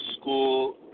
school